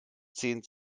zehn